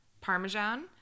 Parmesan